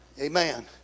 Amen